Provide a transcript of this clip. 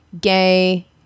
gay